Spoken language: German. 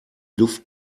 luft